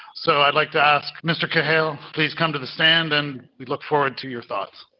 so i'd like to ask mr kahale, please come to the stand, and we look forward to your thoughts.